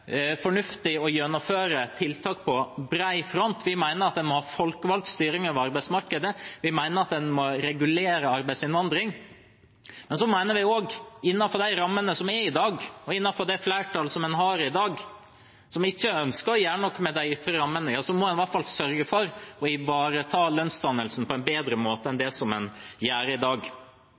fornuftig å gjennomføre tiltak på bred front. Vi mener at det må være folkevalgt styring av arbeidsmarkedet, og vi mener at en må regulere arbeidsinnvandringen. Men vi mener også at en, innenfor de rammene som er i dag, og innenfor det flertallet som en har i dag, som ikke ønsker å gjøre noe med de ytre rammene, i alle fall må sørge for å ivareta lønnsdannelsen på en bedre måte enn en gjør i dag.